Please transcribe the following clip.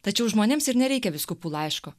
tačiau žmonėms ir nereikia vyskupų laiško